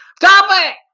topic